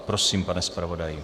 Prosím, pane zpravodaji.